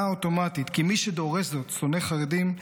האוטומטית כי מי שדורש זאת שונא חרדים,